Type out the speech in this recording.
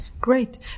Great